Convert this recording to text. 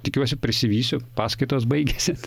tikiuosi prisivysiu paskaitos baigėsi